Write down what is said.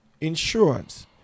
insurance